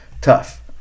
tough